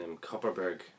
copperberg